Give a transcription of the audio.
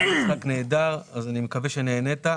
היה משחק נהדר, אז אני מקווה שנהנית.